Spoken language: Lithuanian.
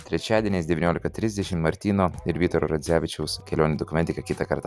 trečiadieniais devyniolika trisdešimt martyno ir vytaro radzevičiaus kelionių dokumentika kitą kartą